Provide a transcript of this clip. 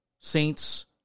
Saints